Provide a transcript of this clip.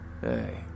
Hey